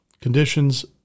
conditions